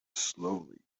slowly